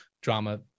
drama